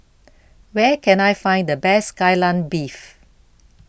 where can I find the best Kai Lan Beef